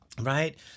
Right